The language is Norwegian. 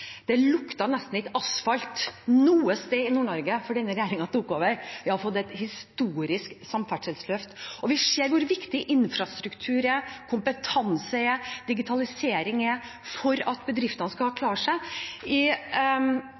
Det luktet nesten ikke asfalt noe sted i Nord-Norge før denne regjeringen tok over. Vi har fått et historisk samferdselsløft. Og vi ser hvor viktig infrastruktur, kompetanse og digitalisering er for at bedriftene skal klare seg. I